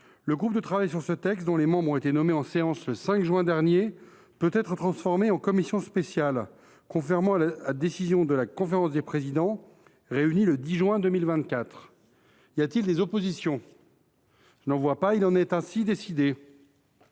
le groupe de travail sur ce texte, dont les membres ont été nommés en séance le 5 juin dernier, peut être transformé en commission spéciale, conformément à la décision de la conférence des présidents réunie le 10 juin 2024. Il n’y a pas d’opposition ? Il en est ainsi décidé.